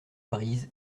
brise